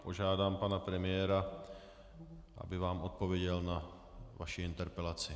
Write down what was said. Požádám pana premiéra, aby vám odpověděl na vaši interpelaci.